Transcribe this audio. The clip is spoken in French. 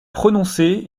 prononcés